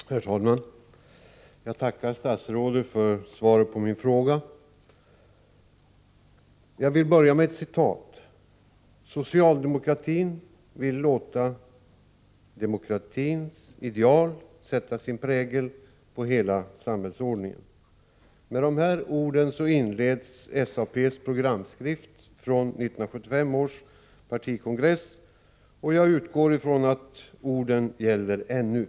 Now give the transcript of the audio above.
Herr talman! Jag tackar statsrådet för svaret på min fråga. Jag vill börja med ett citat: ”Socialdemokratin vill låta demokratins ideal sätta sin prägel på hela samhällsordningen —--.” Med dessa ord inleds SAP:s programskrift från 1975 års partikongress. Jag utgår från att orden gäller ännu.